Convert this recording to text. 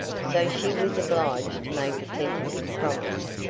so she was obliged to make a tentative promise,